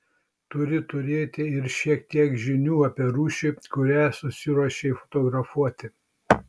turi turėti ir šiek tiek žinių apie rūšį kurią susiruošei fotografuoti